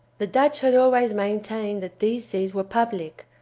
the dutch had always maintained that these seas were public,